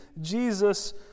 Jesus